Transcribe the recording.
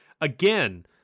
again